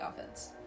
offense